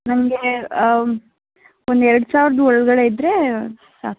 ನನಗೆ ಒಂದು ಎರಡು ಸಾವಿರದ ಒಳಗಡೆ ಇದ್ದರೆ ಸಾಕು